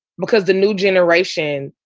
because the new generation,